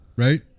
Right